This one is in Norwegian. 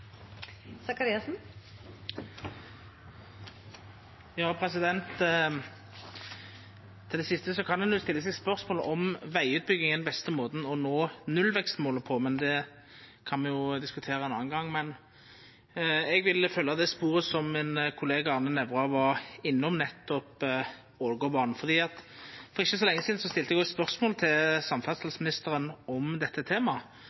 det siste: Ein kan jo stilla spørsmål ved om vegutbygging er den beste måten å nå nullvekstmålet på, men det kan me diskutera ein annan gong. Eg vil følgja det sporet som min kollega Arne Nævra var innom, nettopp Ålgårdbanen. For ikkje så lenge sidan stilte eg eit spørsmål til samferdselsministeren om dette temaet,